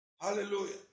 Hallelujah